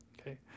okay